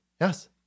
yes